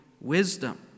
wisdom